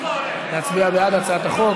להצביע בעד הצעת החוק.